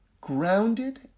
grounded